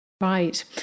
Right